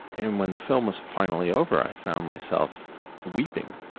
and when the film was finally over, i found myself weeping.